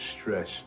stress